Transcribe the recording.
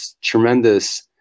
tremendous